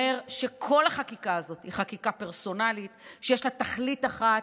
זה אומר שכל החקיקה הזאת היא חקיקה פרסונלית שיש לה תכלית אחת,